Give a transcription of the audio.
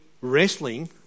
wrestling